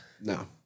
No